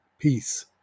peace